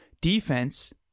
Defense